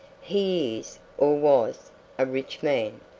he is or was a rich man,